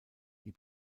die